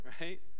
right